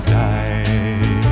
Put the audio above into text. die